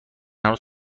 هنوز